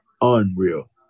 Unreal